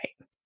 right